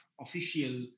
official